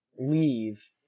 leave